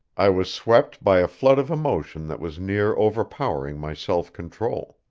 i was swept by a flood of emotion that was near overpowering my self-control.